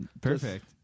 Perfect